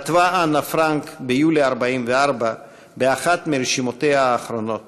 כתבה אנה פרנק ביולי 1944 באחת מרשימותיה האחרונות,